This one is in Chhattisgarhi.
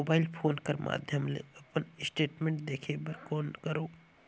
मोबाइल फोन कर माध्यम ले अपन स्टेटमेंट देखे बर कौन करों?